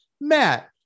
Matt